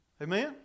Amen